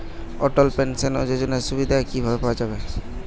অটল pension যোজনার সুবিধা কি ভাবে পাওয়া যাবে?